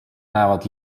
näevad